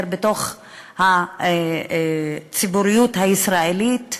יותר בתוך הציבוריות הישראלית,